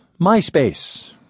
MySpace